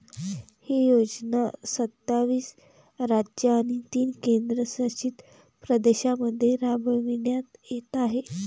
ही योजना सत्तावीस राज्ये आणि तीन केंद्रशासित प्रदेशांमध्ये राबविण्यात येत आहे